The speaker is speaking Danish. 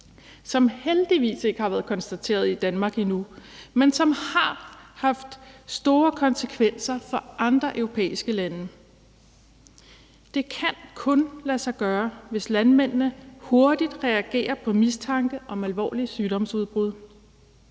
som heldigvis ikke har været konstateret i Danmark endnu, men som har haft store konsekvenser for andre europæiske lande. Det kan kun lade sig gøre, hvis landmændene hurtigt reagerer på mistanke om alvorlig sygdomsudbrud.